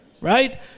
Right